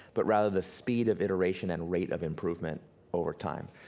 but rather the speed of iteration and rate of improvement over time.